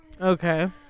Okay